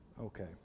Okay